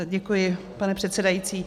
Děkuji, pane předsedající.